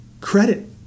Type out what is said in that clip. credit